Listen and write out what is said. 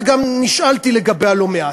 וגם נשאלתי לגביה לא מעט.